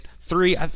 three